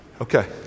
Okay